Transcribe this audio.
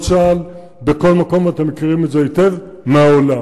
צה"ל בכל מקום אתם מכירים את זה היטב מהעולם,